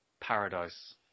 Paradise